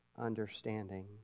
understanding